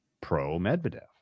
pro-Medvedev